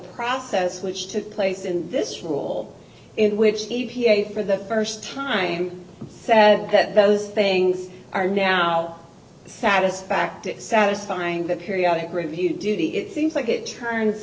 process which took place in this rule in which the e p a for the first time that those things are now satisfactory satisfying the periodic review duty it seems like it turns